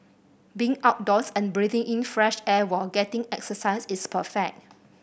being outdoors and breathing in fresh air while getting exercise is perfect